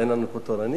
אין לנו פה תורנים?